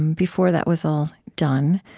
before that was all done,